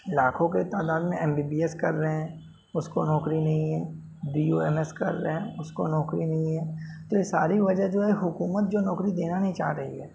لاکھوں کی تعداد میں ایم بی بی ایس کر رہے ہیں اس کو نوکری نہیں ہیں بی یو ایم ایس کر رہے ہیں اس کو نوکری نہیں ہے تو یہ ساری وجہ جو ہے حکومت جو نوکری دینا نہیں چاہ رہی ہے